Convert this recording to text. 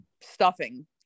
stuffing